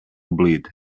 bleed